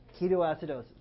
ketoacidosis